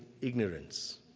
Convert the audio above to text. ignorance